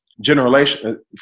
Generation